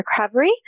recovery